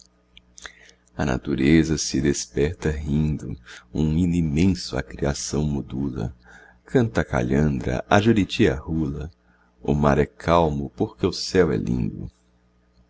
a natureza se desperta rindo um hino imenso a criação modula canta a calhandra a juriti arrula o mar é calmo porque o céu é lindo